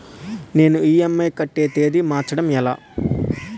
నేను ఇ.ఎం.ఐ కట్టే తేదీ మార్చడం ఎలా?